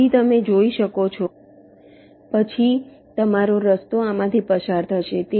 તેથી તમે જોઈ શકો છો પછી તમારો રસ્તો આમાંથી પસાર થશે